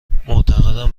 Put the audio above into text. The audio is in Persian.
معتقدم